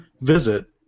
visit